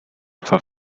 for